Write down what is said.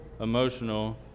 emotional